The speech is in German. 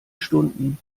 stunden